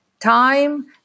Time